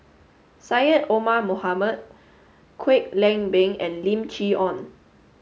Syed Omar Mohamed Kwek Leng Beng and Lim Chee Onn